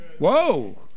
Whoa